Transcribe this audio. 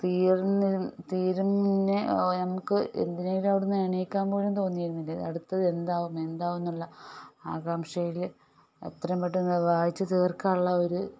തീർന്ന് തീരും മുൻപേ നമുക്ക് എന്തിനെങ്കിലും അവിടെ നിന്ന് എണീക്കാൻ പോലും തോന്നിയിരുന്നില്ല അടുത്തത് എന്താകും എന്താകുമെന്നുള്ള ആകാംക്ഷയിൽ എത്രയും പെട്ടെന്ന് വായിച്ച് തീർക്കാനുള്ള ഒരു